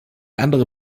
andere